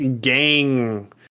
gang